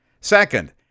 Second